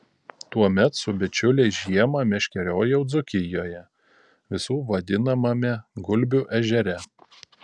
tuomet su bičiuliais žiemą meškeriojau dzūkijoje visų vadinamame gulbių ežere